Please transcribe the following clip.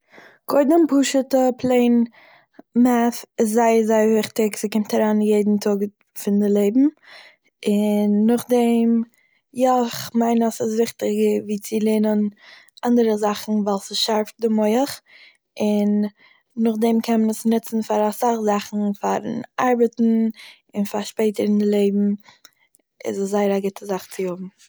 קודם פשוט'ע פלעין מעט'ה איז זייער זייער וויכטיג, ס'קומט אריין יעדן טאג פון די לעבן און נאכדעם- יא! איך מיין אז ס'איז וויכטיגער ווי צו לערנען אנדערע זאכן ווייל ס'שארפט דעם מח און, נאכדעם קען מען עס ניצן פאר אסאך זאכן; פאר'ן ארבעטן און שפעטער אין לעבן איז עס זייער א גוטע זאך צו האבן